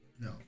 No